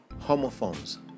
homophones